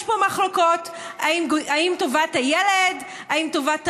יש פה מחלוקות: האם טובת הילד, האם טובת ההורים,